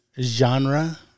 genre